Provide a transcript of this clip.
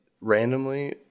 randomly